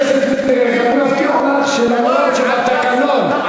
אני מבטיח לך שאומנם בתקנון,